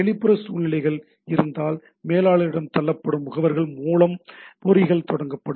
வெளிப்புற சூழ்நிலைகள் இருந்தால் மேலாளரிடம் தள்ளப்படும் முகவர்கள் மூலம் பொறிகள் தொடங்கப்படும்